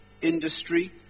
industry